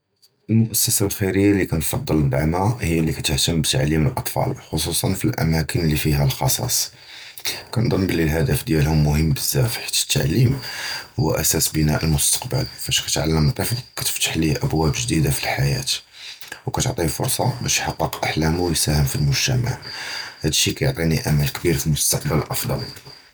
אֶל-מֻאוּסָסָּה אֶל-חַ'יִּירִיָּה אֶלִי כַנִּפְצַל נְדַעְמְהָה הִיָּא אֶלִי כַתִּתְעַתֵּם בְּתַעְלִים אֶל-אֻלְדַּאן, חֻסוּסָּא פִי אֶל-אַמָאקִין אֶלִי פִיהָ אֶל-חַסַּאס. כַנִּצַּנּ בְּלִי אֶל-הַדַּפְּדָּא דִיָּאלְהוּם מֻחִים בְּזַבַּא, חִית אֶל-תַּעְלִים הִוּא אֶסָּאס בִּנַּאא אֶל-מֻסְתַקְבַּל. פִיּש כַתְּעַלֵּם טִּפְל כַּתִּפְתַּח לוּ אַבּוּאב גְּדִידָה פִי אֶל-חַיָּاة, וְכַתְּעְטִינִה פְרְסָה בַּּשּׁ יַחְקִּיק אַחְלָמוּ וְיַסְהַאם פִי אֶל-מֻגְתָּמַע. הַדִּיּ כַיְּעְטִינִי אֻמְל קְבִּיר פִי מֻסְתַקְבַּל אַחְסַן.